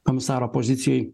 komisaro pozicijai